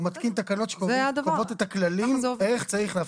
הוא מתקין תקנות שקובעות את הכללים לגבי איך צריך להפחית.